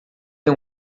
tem